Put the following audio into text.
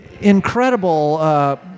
incredible